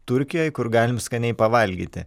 turkijoj kur galim skaniai pavalgyti